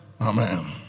Amen